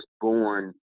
born